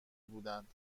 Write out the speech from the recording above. بودند